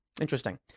Interesting